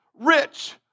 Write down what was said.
rich